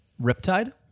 Riptide